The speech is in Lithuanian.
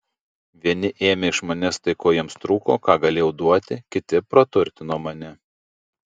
vieni ėmė iš manęs tai ko jiems trūko ką galėjau duoti kiti praturtino mane